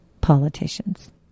politicians